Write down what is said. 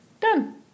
done